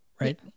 right